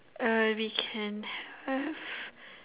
uh we can have